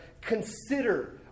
consider